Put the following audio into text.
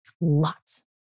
Lots